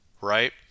right